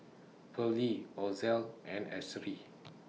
Pearly Ozell and Ashery